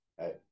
hey